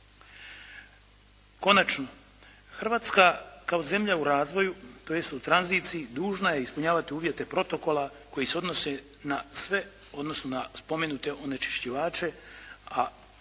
Konačno, Hrvatska kao zemlja u razvoju tj. u tranziciji dužna je ispunjavati uvjete Protokola koji se odnose na sve, odnosno na spomenute onečišćivače, a unutar